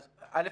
א',